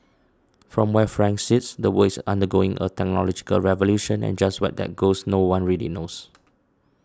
from where Frank sits the world is undergoing a technological revolution and just where that goes no one really knows